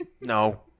No